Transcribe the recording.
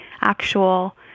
actual